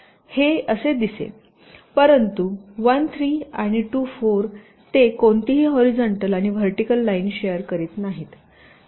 तर हे असे दिसेल परंतु 1 3 आणि 2 4 ते कोणतीही हॉरीझॉन्टल आणि व्हर्टिकल लाईन शेयर करीत नाहीत